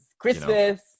Christmas